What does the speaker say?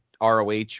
ROH